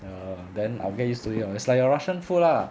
err then I'll get used to it lor it's like your russian food lah